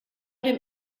dem